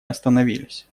остановились